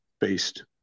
based